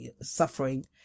suffering